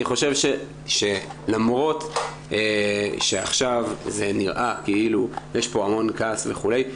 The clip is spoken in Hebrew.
אני חושב שלמרות שעכשיו זה נראה כאילו יש פה המון כעס וכולי,